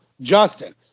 Justin